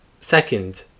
Second